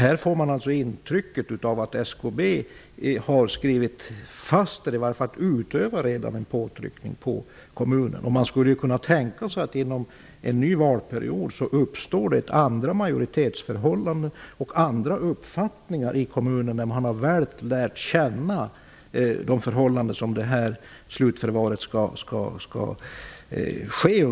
Här får man intrycket av att SKB redan utövar en påtryckning på kommunen. Man kan tänka sig att i nästa valperiod kan andra majoritetsförhållanden och därmed andra uppfattningar uppstå i kommunen när det är väl känt under vilka förhållanden som slutförvaret skall ske.